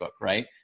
right